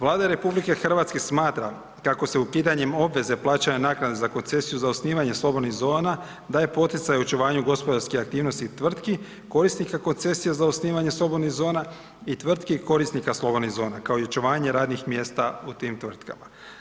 Vlada RH smatra kako se ukidanjem obveze plaćanja naknade za koncesiju za osnivanje slobodnih zona daje poticaj očuvanju gospodarske aktivnosti tvrtki, korisnika koncesija za osnivanje slobodnih zona i tvrtki korisnika slobodnih zona, kao i očuvanje radnih mjesta u tim tvrtkama.